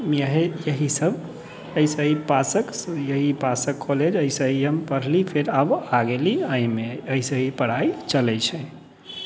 इहे यही सब ऐसे ही यही पास कॉलेज ऐसे ही हम पढ़ली फेर अब आ गेली एहिमे सही पढ़ाइ चलै छै